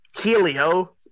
Helio